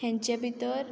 हेंचे भितर